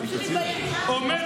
אתה מתבלבל בין אויב לבין אוהב.